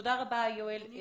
תודה רבה, יואל.